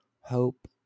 hope